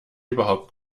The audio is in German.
überhaupt